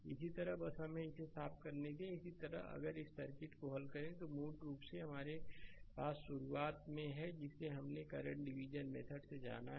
इसी तरह बस हमें इसे साफ करने दें इसी तरह अगर इस सर्किट को हल करें तो यह मूल रूप से हमारे पास शुरुआत में है जिसे हमने करंट डिविजन मेथड से जाना है